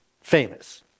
famous